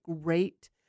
great